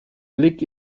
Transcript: blick